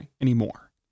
anymore